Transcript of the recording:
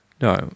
No